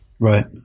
Right